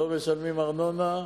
לא משלמים ארנונה,